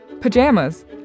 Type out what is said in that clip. Pajamas